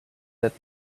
that